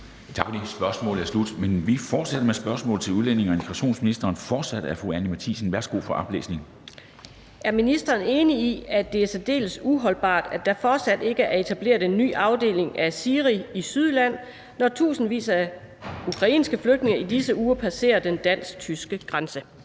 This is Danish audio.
af fru Anni Matthiesen. Kl. 14:04 Spm. nr. S 735 11) Til udlændinge- og integrationsministeren af: Anni Matthiesen (V): Er ministeren enig i, at det er særdeles uholdbart, at der fortsat ikke er etableret en ny afdeling af SIRI i Sydjylland, når tusindvis af ukrainske flygtninge i disse uger passerer den dansk-tyske grænse?